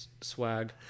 swag